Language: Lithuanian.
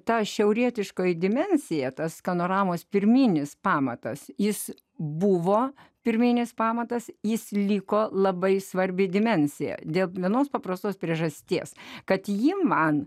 tą šiaurietiškoji dimensija tas panoramos pirminis pamatas jis buvo pirminis pamatas jis liko labai svarbi dimensija dėl vienos paprastos priežasties kad ji man